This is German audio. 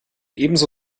ebenso